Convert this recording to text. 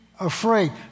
afraid